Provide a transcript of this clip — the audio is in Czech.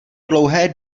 dlouhé